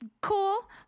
cool